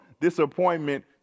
disappointment